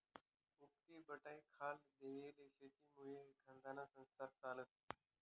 उक्तीबटाईखाल देयेल शेतीमुये एखांदाना संसार चालस